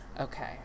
okay